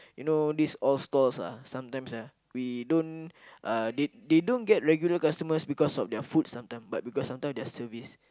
you know these old stall ah sometimes ah we don't uh they they don't get regular customers because of their food sometime but because sometime their service